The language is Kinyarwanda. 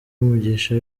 mugisha